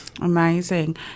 Amazing